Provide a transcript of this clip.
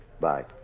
Bye